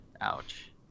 ouch